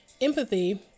empathy